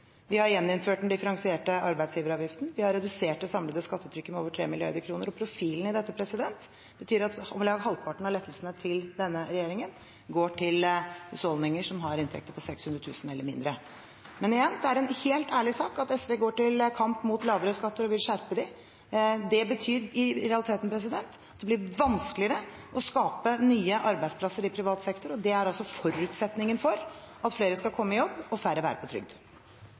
Vi har gjeninnført den differensierte arbeidsgiveravgiften, vi har redusert det samlede skattetrykket med over 3 mrd. kr, og profilen i dette betyr at om lag halvparten av lettelsene til denne regjeringen går til husholdninger som har inntekter på 600 000 kr eller mindre. Men igjen: Det er en helt ærlig sak at SV går til kamp mot lavere skatter og vil skjerpe dem. Det betyr i realiteten at det blir vanskeligere å skape nye arbeidsplasser i privat sektor, og det er forutsetningen for at flere skal komme i jobb, og færre være på trygd.